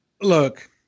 Look